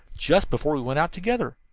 just before we went out together.